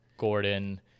gordon